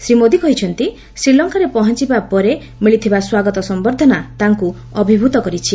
ଶ୍ରୀ ମୋଦି କହିଛନ୍ତି ଶ୍ରୀଲଙ୍କାରେ ପହଞ୍ଚବା ପରେ ମିଳିଥବବା ସ୍ୱାଗତ ସମ୍ଭର୍ଦ୍ଧନା ତାକୁ ଅଭିଭୂତ କରିଛି